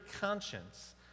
conscience